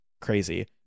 crazy